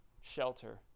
shelter